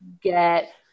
get